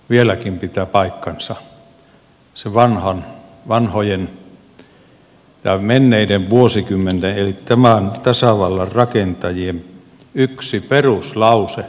vieläkin pitää paikkansa se vanhojen ja menneiden vuosikymmenten eli tämän tasavallan rakentajien yksi peruslause